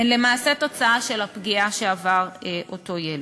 הן למעשה תוצאה של הפגיעה שעבר אותו ילד.